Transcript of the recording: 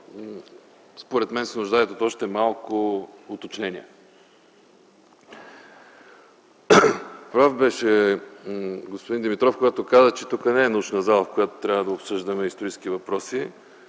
според мен се нуждаят от още малко уточнение. Прав беше господин Димитров, когато каза, че тук не е научна зала, в която трябва да обсъждаме исторически въпроси.